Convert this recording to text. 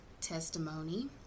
testimony